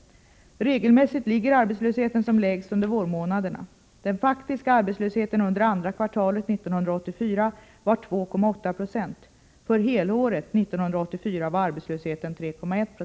Regelmässigt ligger arbetslösheten som lägst under vårmånaderna. Den faktiska arbetslösheten under andra kvartalet 1984 var 2,8 2o. För helåret 1984 var arbetslösheten 3,1 IX.